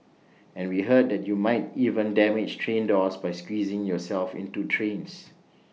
and we heard that you might even damage train doors by squeezing yourself into trains